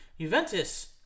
Juventus